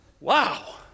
Wow